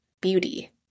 beauty